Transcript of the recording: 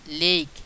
lake